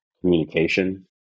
communication